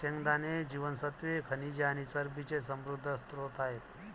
शेंगदाणे जीवनसत्त्वे, खनिजे आणि चरबीचे समृद्ध स्त्रोत आहेत